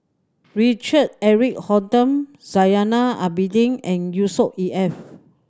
Richard Eric Holttum Zainal Abidin and Yusnor E F